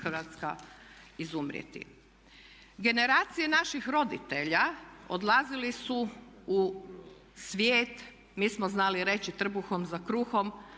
Hrvatska izumrijeti. Generacije naših roditelja odlazili su u svijet, mi smo znali reći trbuhom za kruhom